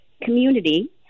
Community